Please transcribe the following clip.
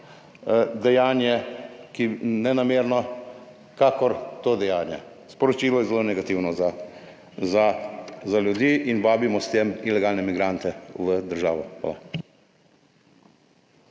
dejanje, ki je nenamerno, kakor to dejanje. Sporočilo je zelo negativno za ljudi. In vabimo s tem ilegalne migrante v državo.